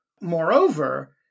Moreover